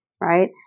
right